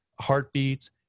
heartbeats